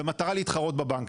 במטרה להתחרות בבנקים.